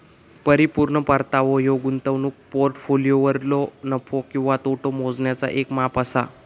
परिपूर्ण परतावो ह्यो गुंतवणूक पोर्टफोलिओवरलो नफो किंवा तोटो मोजण्याचा येक माप असा